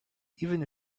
even